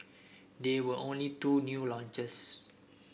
there were only two new launches